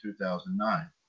2009